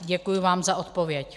Děkuji vám za odpověď.